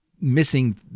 missing